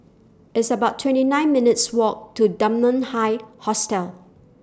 It's about twenty nine minutes' Walk to Dunman High Hostel